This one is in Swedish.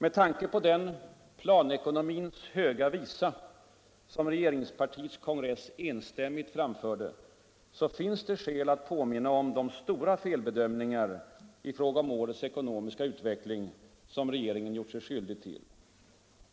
Med tanke på den planeringsekonomins Höga Visa som regeringspartiets kongress enstämmigt framförde finns det skäl påminna om de stora felbedömningar i fråga om årets ekonomiska utveckling som regeringen gjort sig skyldig till.